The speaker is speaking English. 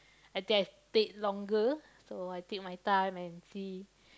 I think I stayed longer so I take my time and see